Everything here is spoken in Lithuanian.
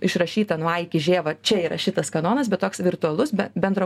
iššrašyta nuo a iki žė va čia yra šitas kanonas bet toks virtualus be bendro